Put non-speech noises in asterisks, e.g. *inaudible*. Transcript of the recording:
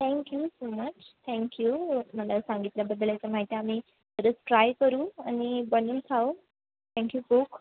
thank you so much thank you मला सांगितल्याबद्दल याच्या माहिती आम्ही खरंच ट्राय करू आणि बनवून खाऊ थँक्यू *unintelligible*